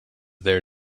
there